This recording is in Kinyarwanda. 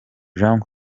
jean